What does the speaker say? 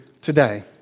today